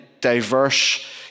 diverse